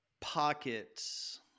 pockets